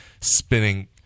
spinning